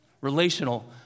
relational